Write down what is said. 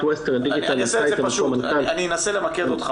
ווסטרן דיגיטל --- אני אנסה למקד אותך